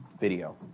video